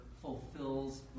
fulfills